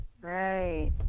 Right